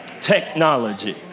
Technology